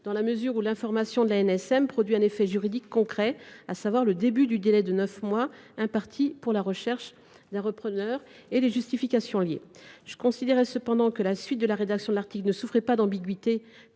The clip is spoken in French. dans la mesure où l’information de l’ANSM produit un effet juridique concret, à savoir le début du délai de neuf mois imparti pour la recherche d’un repreneur et les justifications liées. J’ai cependant considéré que la suite de la rédaction de l’article ne souffrait pas d’ambiguïté